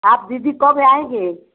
आप दीदी कब आएँगे